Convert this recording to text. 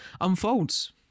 unfolds